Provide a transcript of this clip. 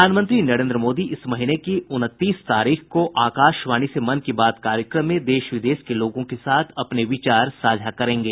प्रधानमंत्री नरेन्द्र मोदी इस महीने की उनतीस तारीख को आकाशवाणी से मन की बात कार्यक्रम में देश विदेश के लोगों के साथ अपने विचार साझा करेंगे